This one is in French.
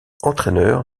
entraîneur